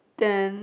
then